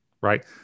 right